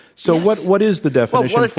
so what what is the definition like